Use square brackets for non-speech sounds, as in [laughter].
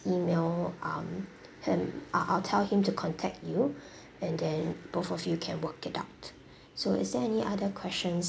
E-mail um him I'll I'll tell him to contact you [breath] and then both of you can work it out so is there any other questions